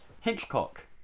Hitchcock